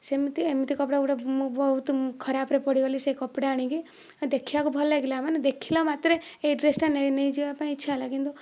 ସେମିତି ଏମିତି କପଡ଼ା ଗୁଡ଼ାକ ମୁଁ ବହୁତ ଖରାପରେ ପଡ଼ିଗଲି ସେ କପଡ଼ା ଆଣିକି ଦେଖିବାକୁ ଭଲ ଲାଗିଲା ମାନେ ଦେଖିଲା ମାତ୍ରେ ଏ ଡ୍ରେସଟା ନେଇଯିବା ପାଇଁ ଇଛା ହେଲା କିନ୍ତୁ